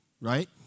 right